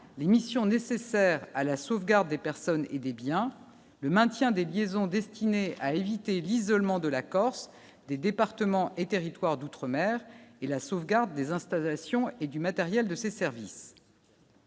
l'émission nécessaire à la sauvegarde des personnes et des biens, le maintien des liaisons destiné à éviter l'isolement de la Corse, des départements et territoires d'outre-mer et la sauvegarde des installations et du matériel de ses services.